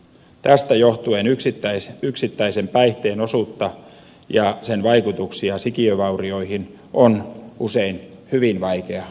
tästä johtuen yksittäisen päihteen osuutta ja sen vaikutuksia sikiövaurioihin on usein hyvin vaikea arvioida